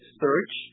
search